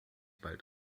bald